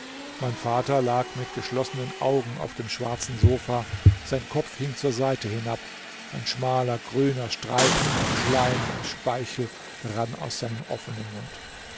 mein vater lag mit geschlossenen augen auf dem schwarzen sofa sein kopf hing zur seite hinab ein schmaler grüner streifen von schleim und speichel rann aus seinem offenen mund